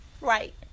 Right